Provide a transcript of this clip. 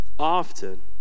Often